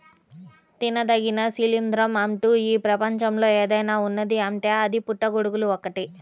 తినదగిన శిలీంద్రం అంటూ ఈ ప్రపంచంలో ఏదైనా ఉన్నదీ అంటే అది పుట్టగొడుగులు ఒక్కటే